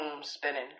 spinning